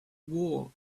war